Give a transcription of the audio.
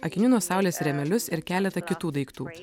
akinių nuo saulės rėmelius ir keletą kitų daiktų